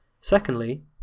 Secondly